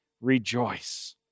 rejoice